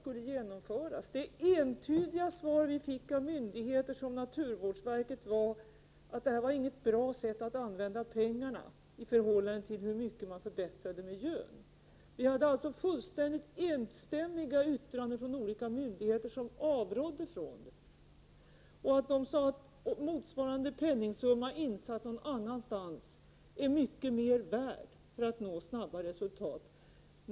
Men det entydiga svar som vi fick från myndigheter som naturvårdsverket var att det förslaget inte innebar något bra sätt att använda pengarna i förhållande till hur mycket miljön förbättrades. Vi hade alltså fullständigt enstämmiga yttranden från olika myndigheter som avrådde. De 29 sade att motsvarande penningsumma insatt någon annanstans var mycket mer värd när det gällde att nå snabbt resultat.